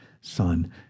son